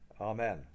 Amen